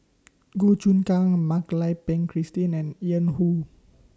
Goh Choon Kang Mak Lai Peng Christine and Yan Woo